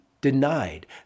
denied